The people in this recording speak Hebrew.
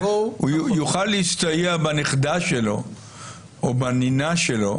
הוא יוכל להסתייע בנכדה שלו או בנינה שלו